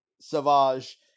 Savage